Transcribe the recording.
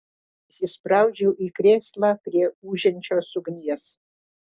įsispraudžiau į krėslą prie ūžiančios ugnies